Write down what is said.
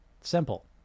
Simple